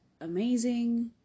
amazing